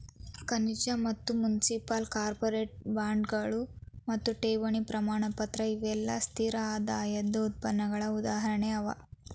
ಖಜಾನಿ ಮತ್ತ municipal, corporate ಬಾಂಡ್ಗಳು ಮತ್ತು ಠೇವಣಿ ಪ್ರಮಾಣಪತ್ರ ಇವೆಲ್ಲಾ ಸ್ಥಿರ ಆದಾಯದ್ ಉತ್ಪನ್ನಗಳ ಉದಾಹರಣೆ ಅವ